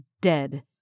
dead